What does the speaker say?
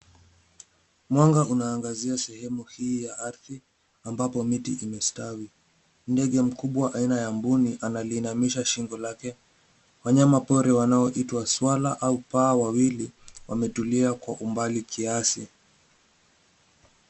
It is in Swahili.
Mwanga unaangazia sehemu hii ya ardhi ambapo miti imestawi. Ndege mkubwa aina ya mbuni, analiinamisha shingo lake. Wanyama pori wanaoitwa swara au paa wawili wametulia kwa umbali kiasi.